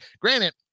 Granted